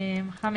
(5)